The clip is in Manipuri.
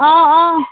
ꯑꯥ ꯑꯥ